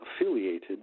affiliated